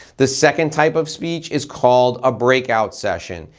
the second type of speech is called a breakout session.